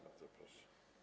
Bardzo proszę.